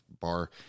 bar